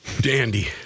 Dandy